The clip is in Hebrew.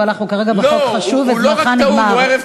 אבל אנחנו כרגע בחוק חשוב וזמנך נגמר.